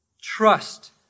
Trust